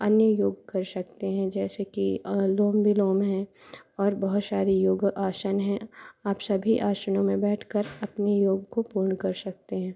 अन्य योग कर शकते हैं जैसे कि अनुलोम विलोम हैं और बहुत सारी योग आसन हैं आप सभी आसनों में बैठ कर अपनी योग को पूर्ण कर सकते हैं